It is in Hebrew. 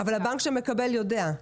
אבל הבנק שמקבל יודע.